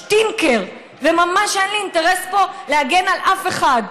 "שטינקר" וממש אין לי אינטרס פה להגן על אף אחד.